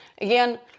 again